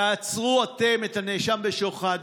תעצרו אתם את הנאשם בשוחד,